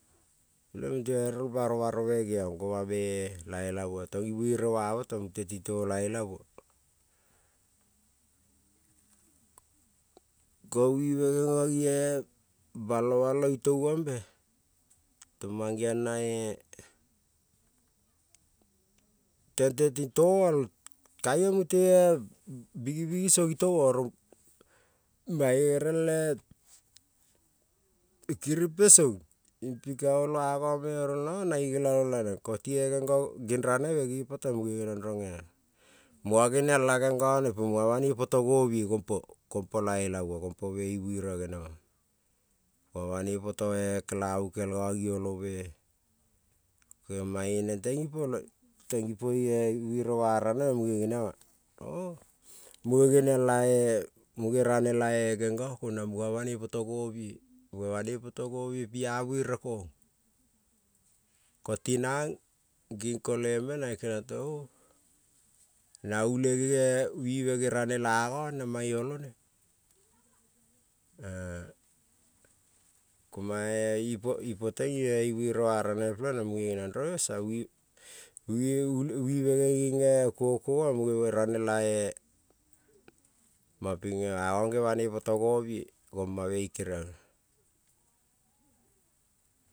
Baro baro me geon la elabe banoten ti temo la elabe ko wive ni balo bano touombe nangeon na tente ting toal, mute bigbig to go mane gere e kirime son pin ka oio ano ko lo nono nelalonen. Ranebe ne po teng muna genion la nenone muna banoi poto nomi gompo l buere me genem omana ko banoi poto kelabu ni oio me to mane nenteng ipo i buere wa nen ning ranebe o mune, genion la gen go ko poto nomie pi a buere kong ko tinan ning koiembe pelen nane kenion tong ewe na wive ne rane la anone na mane oionen e ko mane ipo teng, ibuere wa ranebe esa wive ne ning kuogokogo mune rane ia anone banoi poto nomie goma me i keriabe.